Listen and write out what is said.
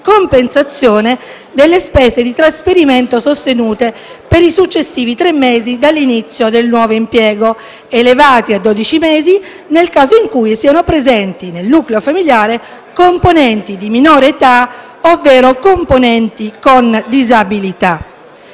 compensazione delle spese di trasferimento sostenute, per i successivi tre mesi dall'inizio del nuovo impiego, elevati a dodici mesi nel caso in cui siano presenti nel nucleo familiare componenti di minore età, ovvero componenti con disabilità.